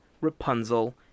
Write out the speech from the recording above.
Rapunzel